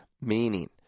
meaning